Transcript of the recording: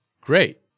Great